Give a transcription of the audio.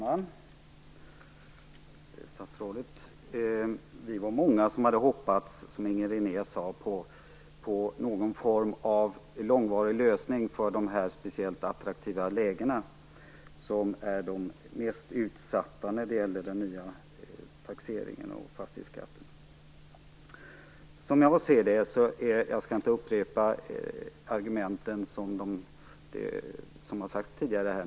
Herr talman! Som Inger René sade var vi många som hade hoppats på någon form av långvarig lösning för de boende i speciellt attraktiva lägen, vilka är de mest utsatta när det gäller den nya taxeringen och fastighetsskatten. Jag skall inte upprepa de argument som här har framförts.